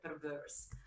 perverse